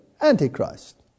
Antichrist